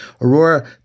Aurora